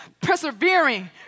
persevering